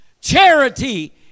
Charity